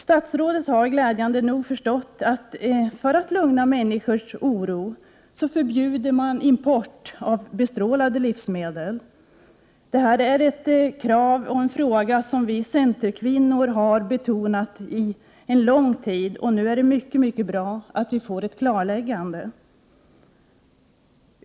Statsrådet har glädjande nog förstått att för att lugna människor förbjuder man import av bestrålade livsmedel. Detta är ett krav som vi centerkvinnor har betonat under lång tid, och nu är det mycket bra att vi får ett klarläggande.